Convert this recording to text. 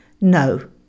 No